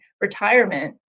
retirement